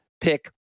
pick